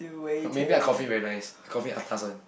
her maybe ah coffee very nice coffee atas one